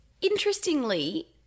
interestingly